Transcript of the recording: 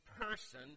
person